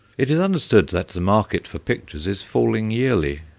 it is understood that the market for pictures is falling yearly.